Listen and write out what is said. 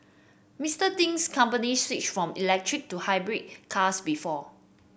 Mister Ting's company switched from electric to hybrid cars before